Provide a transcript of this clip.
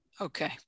Okay